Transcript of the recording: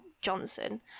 Johnson